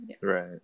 right